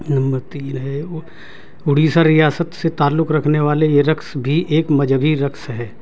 number تین ہے اڑیسہ ریاست سے تعلق رکھنے والے یہ رقص بھی ایک مذہبی رقص ہے